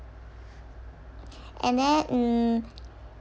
and then mm